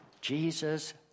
Jesus